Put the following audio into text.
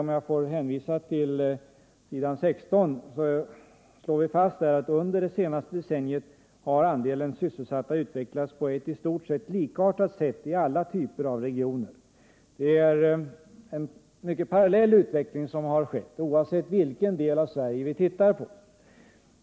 På s. 16 i denna slår vi fast att under det senaste decenniet har sysselsättningen utvecklats på ett i stort sett likartat sätt i olika typer av regioner. Det har skett en parallell utveckling, oavsett vilken del av Sverige vi tittar på.